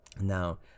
now